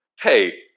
Hey